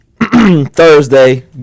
Thursday